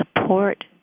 support